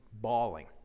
bawling